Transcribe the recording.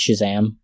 shazam